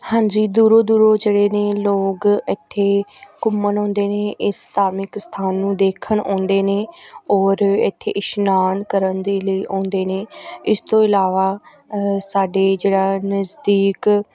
ਹਾਂਜੀ ਦੂਰੋਂ ਦੂਰੋਂ ਜਿਹੜੇ ਨੇ ਲੋਕ ਇੱਥੇ ਘੁੰਮਣ ਆਉਂਦੇ ਨੇ ਇਸ ਧਾਰਮਿਕ ਸਥਾਨ ਨੂੰ ਦੇਖਣ ਆਉਂਦੇ ਨੇ ਔਰ ਇੱਥੇ ਇਸ਼ਨਾਨ ਕਰਨ ਦੇ ਲਈ ਆਉਂਦੇ ਨੇ ਇਸ ਤੋਂ ਇਲਾਵਾ ਸਾਡੇ ਜਿਹੜਾ ਨਜ਼ਦੀਕ